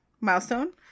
milestone